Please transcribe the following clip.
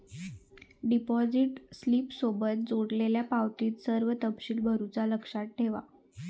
deposit स्लिपसोबत जोडलेल्यो पावतीत सर्व तपशील भरुचा लक्षात ठेवा